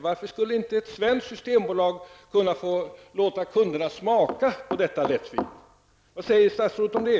Varför skulle inte ett svenskt systembolag kunna låta kunderna smaka på detta lättvin? Vad säger statsrådet om det?